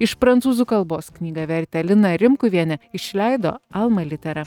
iš prancūzų kalbos knygą vertė lina rimkuvienė išleido alma litera